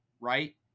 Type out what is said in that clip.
right